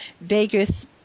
Vegas